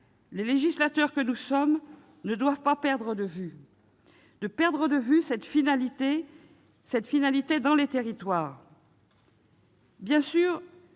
Les législateurs que nous sommes ne doivent pas perdre de vue cette finalité dans les territoires. Bien sûr,